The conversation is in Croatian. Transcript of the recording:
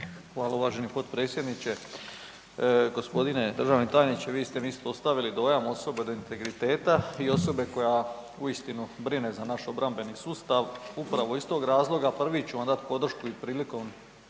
Hvala uvaženi potpredsjedniče. g. državni tajniče, vi ste mi ostavili dojam osobe od integriteta i osobe koja uistinu brine za naš obrambeni sustav upravo iz tog razloga, prvi ću vam dat podršku i prilikom